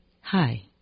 hi